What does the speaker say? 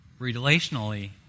relationally